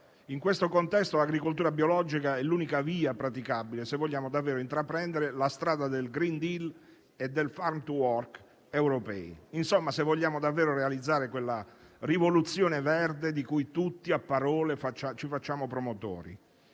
In questo contesto, l'agricoltura biologica è l'unica via praticabile, se vogliamo davvero intraprendere la strada del *green deal* e del *farm to fork* europei, insomma se vogliamo davvero realizzare quella rivoluzione verde di cui tutti a parole ci facciamo promotori.